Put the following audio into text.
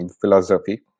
philosophy